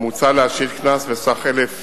ומוצע להשית קנס בסך 1,000